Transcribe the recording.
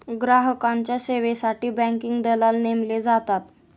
ग्राहकांच्या सेवेसाठी बँकिंग दलाल नेमले जातात